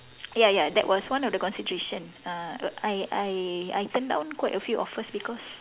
ya ya that was one of the constitution uh I I I turned down quite a few offers because